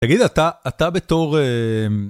תגיד, אתה, אתה בתור...